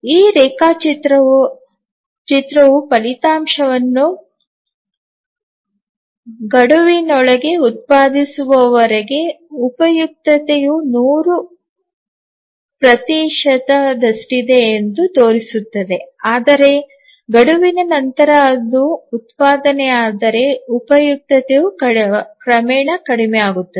ಈ ರೇಖಾಚಿತ್ರವು ಫಲಿತಾಂಶವನ್ನು ಗಡುವಿ ನೊಳಗೆ ಉತ್ಪಾದಿಸುವವರೆಗೆ ಉಪಯುಕ್ತತೆಯು 100 ಪ್ರತಿಶತದಷ್ಟಿದೆ ಎಂದು ತೋರಿಸುತ್ತದೆ ಆದರೆ ಗಡುವಿನ ನಂತರ ಅದು ಉತ್ಪಾದನೆಯಾದರೆ ಉಪಯುಕ್ತತೆಯು ಕ್ರಮೇಣ ಕಡಿಮೆಯಾಗುತ್ತದೆ